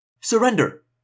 Surrender